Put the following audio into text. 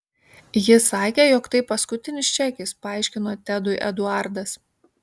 ji sakė jog tai paskutinis čekis paaiškino tedui eduardas